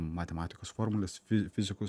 matematikos formules fi fizikos